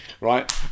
right